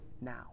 now